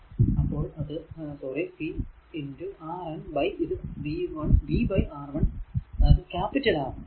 അപ്പോൾ അത് sorry v R n by ഇത് v R 1 അതായതു ക്യാപിറ്റൽ R 1